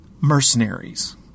mercenaries